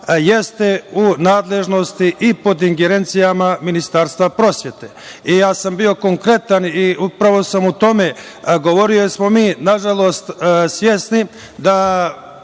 jeste u nadležnosti i pod ingerencijama Ministarstva prosvete. Bio sam konkretan i upravo sam o tome govorio, jer smo mi svesni da